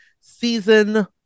season